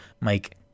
Mike